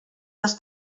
les